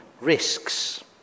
risks